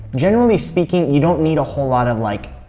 generally speaking, you don't need a whole lot of like,